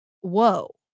whoa